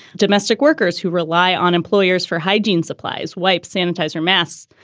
domestic workers who rely on employers for hygiene supplies wipe sanitizer, mass.